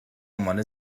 عنوان